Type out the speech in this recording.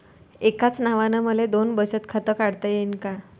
एकाच नावानं मले दोन बचत खातं काढता येईन का?